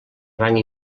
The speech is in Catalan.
rang